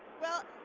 well,